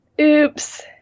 Oops